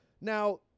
Now